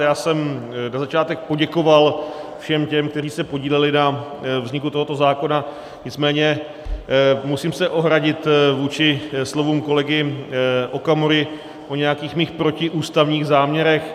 Já jsem na začátek poděkoval všem těm, kteří se podíleli na vzniku tohoto zákona, nicméně musím se ohradit vůči slovům kolegy Okamury o nějakých mých protiústavních záměrech.